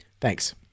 Thanks